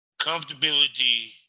comfortability